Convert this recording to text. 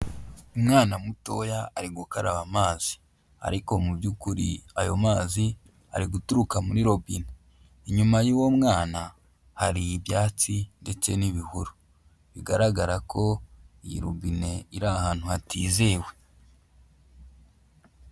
Umwana mutoya, ari gukaraba amazi. Ariko mu by'ukuri ayo mazi, ari guturuka muri robine. Inyuma y'uwo mwana hari ibyatsi, ndetse n'ibihuru. Bigaragara ko iyi rubine, iri ahantu hatizewe.